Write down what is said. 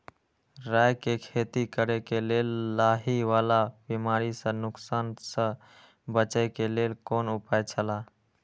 राय के खेती करे के लेल लाहि वाला बिमारी स नुकसान स बचे के लेल कोन उपाय छला?